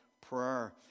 prayer